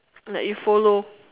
like you follow